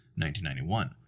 1991